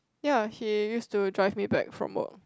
ya he used to drive me back from work